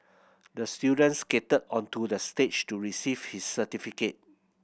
the student skated onto the stage to receive his certificate